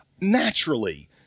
Naturally